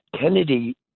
Kennedy